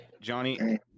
Johnny